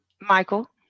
Michael